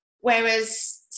Whereas